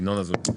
ינון אזולאי.